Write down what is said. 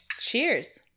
Cheers